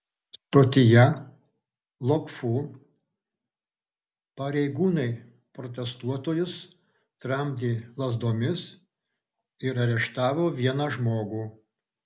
stotyje lok fu pareigūnai protestuotojus tramdė lazdomis ir areštavo vieną žmogų